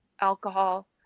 alcohol